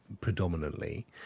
predominantly